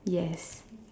yes